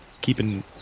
keeping